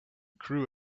crew